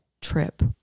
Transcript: trip